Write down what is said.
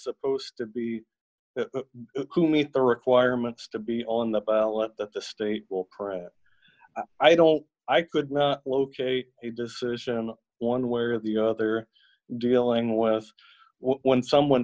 supposed to be who meet the requirements to be on the ballot that the state will perhaps i don't i could not locate a decision one way or the other dealing with when someone